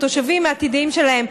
התושבים העתידיים שלהן,